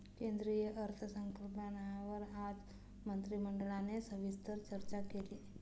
केंद्रीय अर्थसंकल्पावर आज मंत्रिमंडळाने सविस्तर चर्चा केली